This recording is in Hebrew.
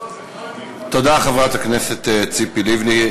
תודה, חברת הכנסת ציפי לבני.